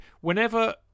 whenever